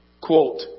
Quote